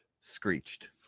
Screeched